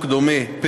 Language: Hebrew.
התשע"ז 2016,